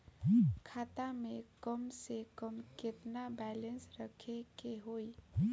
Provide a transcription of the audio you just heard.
खाता में कम से कम केतना बैलेंस रखे के होईं?